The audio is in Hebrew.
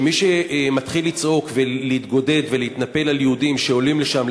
שמי שמתחיל לצעוק ולהתגודד ולהתנפל על יהודים שעולים לשם,